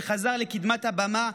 שחזר לקדמת הבמה,